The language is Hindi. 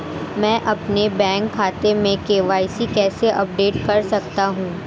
मैं अपने बैंक खाते में के.वाई.सी कैसे अपडेट कर सकता हूँ?